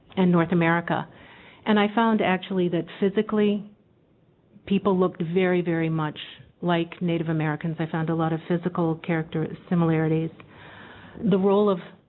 and north america and i found actually that physically people looked very very much like native americans i found a lot of physical character similarities the role of